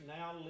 now